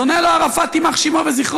אז עונה לו ערפאת, יימח שמו וזכרו: